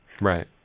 Right